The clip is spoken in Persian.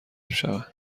شوند